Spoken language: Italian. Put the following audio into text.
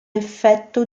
effetto